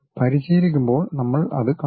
പരിശീലിക്കുമ്പോൾ നമ്മൾ അത് കാണും